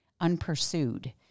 unpursued